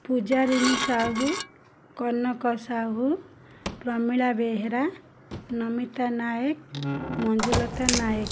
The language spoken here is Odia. ପୂଜାରିଣୀ ସାହୁ କନକ ସାହୁ ପ୍ରମିଳା ବେହେରା ନମିତା ନାଏକ୍ ମଞ୍ଜୁଳତା ନାଏକ୍